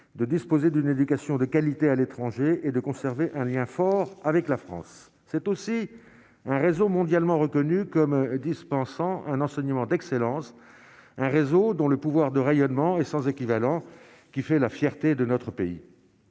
de disposer d'une éducation de qualité à l'étranger et de conserver un lien fort avec la France, c'est aussi un réseau mondialement reconnu comme dispensant un enseignement d'excellence, un réseau dont le pouvoir de rayonnement et sans équivalent qui fait la fierté de notre pays,